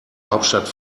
hauptstadt